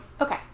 Okay